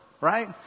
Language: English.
right